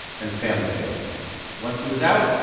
and his family bailed him out once he was out,